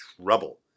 trouble